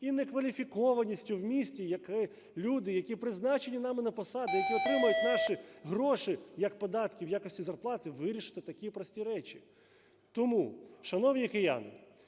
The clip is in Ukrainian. і некваліфікованістю в місті, в якому люди, які призначені нами на посади, які отримують наші гроші як податки в якості зарплати, вирішити такі прості речі. Тому, шановні кияни,